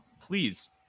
please